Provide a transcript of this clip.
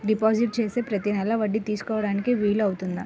Deposit చేస్తే ప్రతి నెల వడ్డీ తీసుకోవడానికి వీలు అవుతుందా?